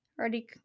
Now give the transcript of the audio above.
already